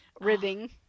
ribbing